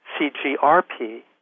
CGRP